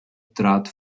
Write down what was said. trat